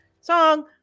song